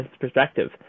perspective